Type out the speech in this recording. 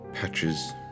patches